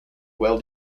well